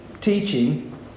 teaching